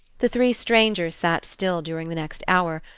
the three strangers sat still during the next hour,